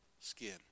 skin